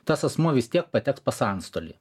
tas asmuo vis tiek pateks pas antstolį